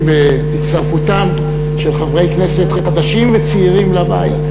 בהצטרפותם של חברי כנסת חדשים וצעירים לבית.